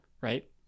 Right